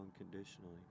unconditionally